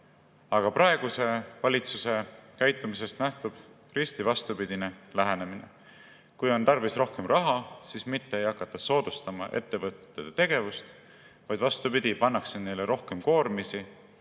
Praeguse valitsuse käitumisest nähtub risti vastupidine lähenemine. Kui on tarvis rohkem raha, siis mitte ei hakata ettevõtete tegevust soodustama, vaid vastupidi, pannakse neile rohkem koormisi,